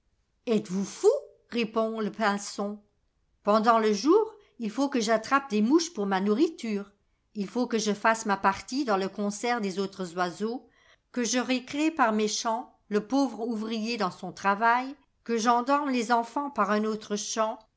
êtes-vous fous répond le pinson pendant le jour il faut que j'attrape des mouches pour ma nourriture il faut que je fasse ma partie dans le concert des autres oiseaux que je récrée par mes chants le pauvre ouvrier dans son travail que j'endorme les enfants par un autre